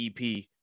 EP